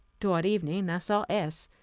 towards evening i saw s,